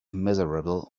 miserable